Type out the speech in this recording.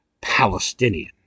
Palestinian